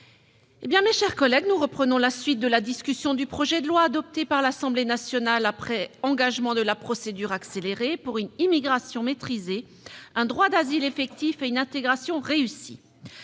du scrutin. Nous reprenons la discussion du projet de loi, adopté par l'Assemblée nationale après engagement de la procédure accélérée, pour une immigration maîtrisée, un droit d'asile effectif et une intégration réussie.